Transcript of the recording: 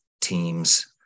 teams